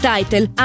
Title